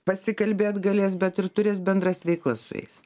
pasikalbėt galės bet ir turės bendras veiklas su jais